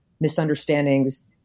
misunderstandings